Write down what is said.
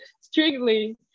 strictly